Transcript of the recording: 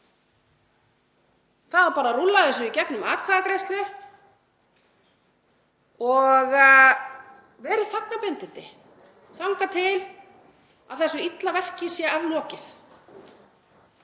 Það á bara að rúlla þessu í gegnum atkvæðagreiðslu og vera í þagnarbindindi þangað til að þessu illa verki er aflokið.